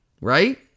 right